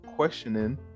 questioning